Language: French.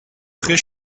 prés